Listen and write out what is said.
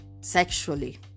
sexually